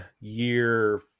year